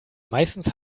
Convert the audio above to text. meistens